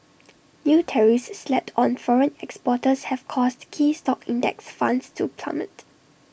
new tariffs slapped on foreign exporters have caused key stock index funds to plummet